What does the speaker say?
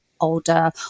older